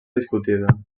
discutida